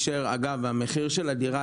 המחיר של הדירה